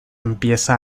empieza